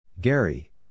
Gary